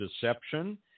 deception